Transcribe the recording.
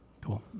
Cool